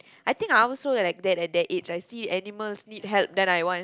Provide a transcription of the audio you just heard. I think I also will like that that it I saw animal need help then I want